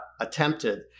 attempted